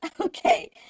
Okay